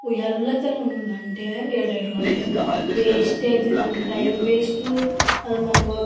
ಎಲ್ಲ ತಲು ಒಂದು ಗಂಟೆ ಎರ್ಡೆರ್ಡು ಗಂಟೆ ವೇಷ್ಟೆ ಆಗ್ತಿದ್ದು ನಮ್ಮ ಟೈಮ್ ವೇಷ್ಟು ಅದು ಮತ್ತೆ